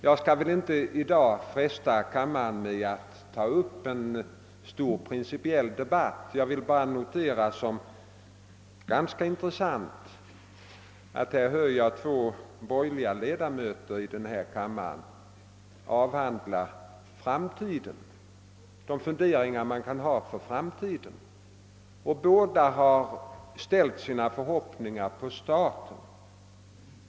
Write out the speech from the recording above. Jag skall i dag inte fresta kammarens tålamod med att ta upp en stor principiell debatt. Jag vill bara som ganska intressant notera att jag här hört två borgerliga ledamöter av kammaren ge uttryck åt funderingar om framtiden, och båda har ställt sina förhoppningar på staten.